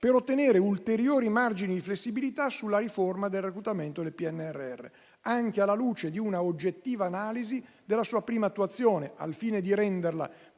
per ottenere ulteriori margini di flessibilità sulla riforma del reclutamento del PNRR, anche alla luce di una oggettiva analisi della sua prima attuazione, al fine di renderla